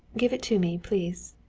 give it to me, please.